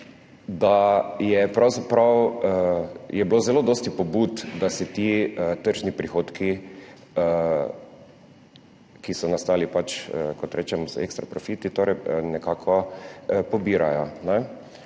bilo zelo dosti pobud, da si ti tržni prihodki, ki so nastali, kot rečemo, z ekstra profiti, nekako pobirajo.